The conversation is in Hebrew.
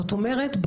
זאת אומרת,